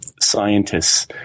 scientists